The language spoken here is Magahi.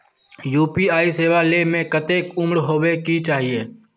यु.पी.आई सेवा ले में कते उम्र होबे के चाहिए?